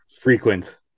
frequent